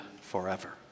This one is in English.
forever